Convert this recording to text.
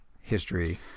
history